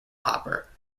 hopper